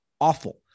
awful